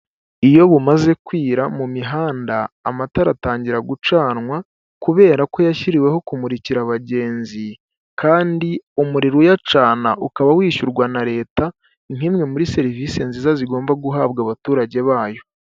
Iyo bumaze kwira mu mihanda amatara atangira gucanwa, kubera ko yashyiriweho kumurikira abagenzi kandi umuriro uyacana ukaba wishyurwa na Leta, nk'imwe muri serivisi nziza zigomba guhabwa abaturage bayo.